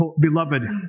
Beloved